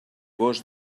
gos